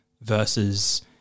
versus